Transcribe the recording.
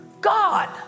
God